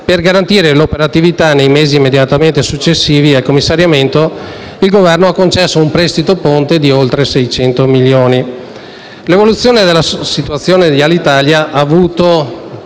Per garantire l'operatività nei mesi immediatamente successivi al commissariamento, il Governo ha concesso un prestito ponte di oltre 600 milioni. L'evoluzione della situazione di Alitalia nel corso